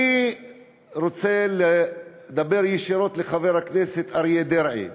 אני רוצה לדבר ישירות אל חבר הכנסת אריה דרעי,